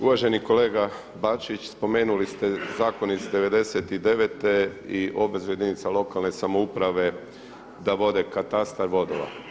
Uvaženi kolega Bačić, spomenuli ste zakon iz '99. i obvezu jedinica lokalne samouprave da vode katastar vodova.